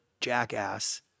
jackass